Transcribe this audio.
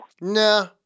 nah